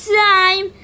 time